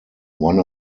one